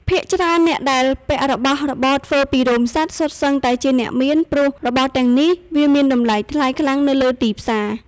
ភាគច្រើនអ្នកដែលពាក់របស់របរធ្វើពីរោមសត្វសុទ្ធសឹងតែជាអ្នកមាន ព្រោះរបស់ទាំងនេះវាមានតម្លៃថ្លៃខ្លាំងនៅលើទីផ្សារ។